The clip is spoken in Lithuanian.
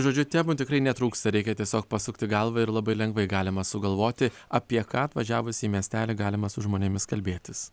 žodžiu temų tikrai netrūksta reikia tiesiog pasukti galvą ir labai lengvai galima sugalvoti apie ką atvažiavus į miestelį galima su žmonėmis kalbėtis